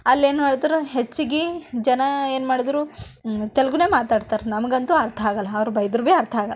ಅಲ್ಲೇನು ಹೋದ್ರು ಹೆಚ್ಚಿಗೆ ಜನ ಏನು ಮಾಡಿದ್ರು ತೆಲುಗುನೆ ಮಾತಾಡ್ತಾರೆ ನಮಗಂತೂ ಅರ್ಥ ಆಗಲ್ಲ ಅವ್ರು ಬೈದ್ರ್ಬಿ ಅರ್ಥ ಆಗೋಲ್ಲ